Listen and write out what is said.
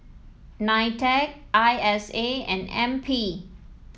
Nitec I S A and N P